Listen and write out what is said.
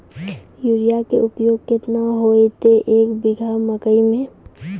Urea के उपयोग केतना होइतै, एक बीघा मकई मे?